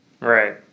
Right